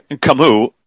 Camus